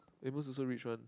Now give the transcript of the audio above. Amos also rich one